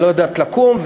אני לא יודעת לקום,